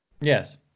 yes